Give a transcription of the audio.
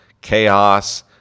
chaos